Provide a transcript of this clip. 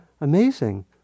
Amazing